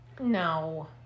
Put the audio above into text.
No